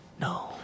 no